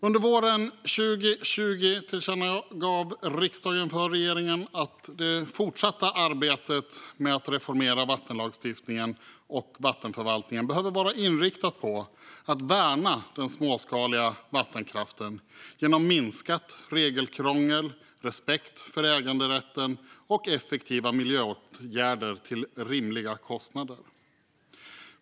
Under våren 2020 tillkännagav riksdagen för regeringen att det fortsatta arbetet med att reformera vattenlagstiftningen och vattenförvaltningen behöver vara inriktat på att värna den småskaliga vattenkraften genom minskat regelkrångel, respekt för äganderätten och effektiva miljöåtgärder till rimliga kostnader.